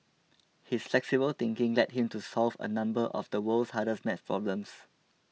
his flexible thinking led him to solve a number of the world's hardest math problems